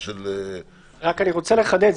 אני רוצה לחדד,